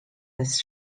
this